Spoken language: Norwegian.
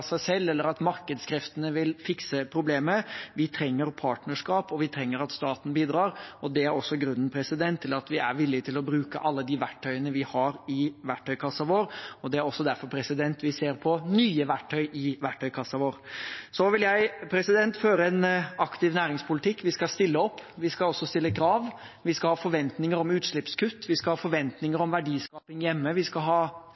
seg selv, eller at markedskreftene vil fikse problemet. Vi trenger partnerskap, og vi trenger at staten bidrar. Det er også grunnen til at vi er villig til å bruke alle de verktøyene vi har i verktøykassen vår, og det er også derfor vi ser på nye verktøy til verktøykassen vår. Jeg vil føre en aktiv næringspolitikk. Vi skal stille opp. Vi skal også stille krav. Vi skal ha forventninger om utslippskutt. Vi skal ha forventninger om verdiskaping hjemme. Vi skal ha